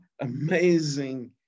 amazing